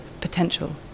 potential